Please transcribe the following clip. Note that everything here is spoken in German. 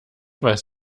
weiß